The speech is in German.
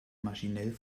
maschinell